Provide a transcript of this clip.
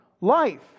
life